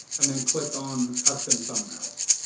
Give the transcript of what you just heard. and then click on custom thumbnails.